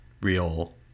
real